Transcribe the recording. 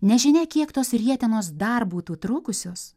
nežinia kiek tos rietenos dar būtų trukusios